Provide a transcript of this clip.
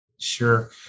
Sure